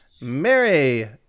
Mary